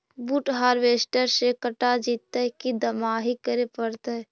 बुट हारबेसटर से कटा जितै कि दमाहि करे पडतै?